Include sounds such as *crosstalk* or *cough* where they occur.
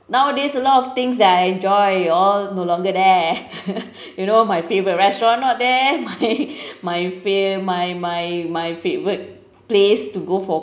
nowadays a lot of things that I enjoy all no longer there *laughs* you know my favourite restaurant not there my *laughs* fa~ my my my favourite place to go for